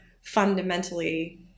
Fundamentally